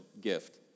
gift